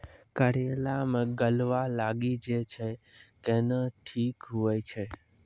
करेला मे गलवा लागी जे छ कैनो ठीक हुई छै?